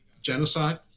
Genocide